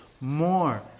more